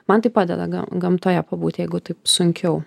man tai padeda ga gamtoje pabūt jeigu taip sunkiau